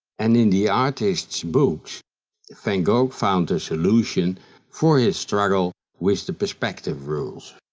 and in the artists' books van gogh found a solution for his struggle with the perspective rules.